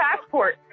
passport